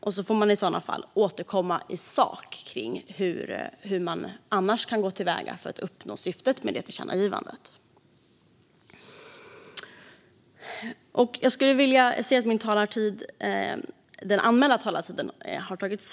Man får i sådana fall återkomma i sak till hur man annars kan uppnå syftet med det tillkännagivandet.